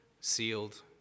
sealed